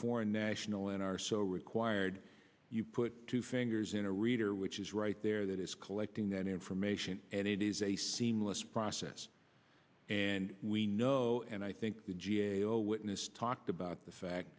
foreign national and are so required you put two fingers in a reader which is right there that is collecting that information and it is a seamless process and we know and i think the g a o witness talked about the fact